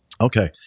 Okay